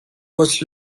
was